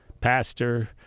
pastor